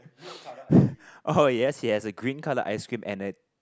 orh yes yes is a green colour ice cream and a